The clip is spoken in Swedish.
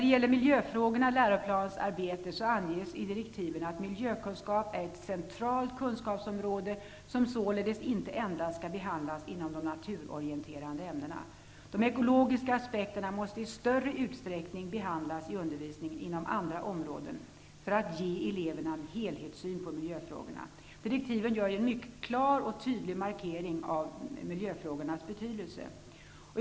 Vad avser miljöfrågorna i läroplansarbetet anges i direktiven att miljökunskap är ett centralt kunskapsområde, som således inte endast skall behandlas inom de naturorienterande ämnena. De ekologiska aspekterna måste i större utsträckning behandlas i undervisningen inom andra områden för att ge eleverna en helhetssyn på miljöfrågorna. Direktiven gör en mycket klar och tydlig markering av miljöfrågornas betydelse.